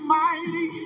mighty